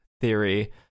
theory